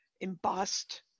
embossed